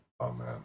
Amen